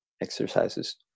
exercises